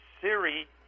Siri